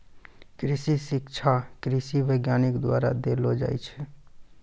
कृषि शिक्षा कृषि वैज्ञानिक द्वारा देलो जाय छै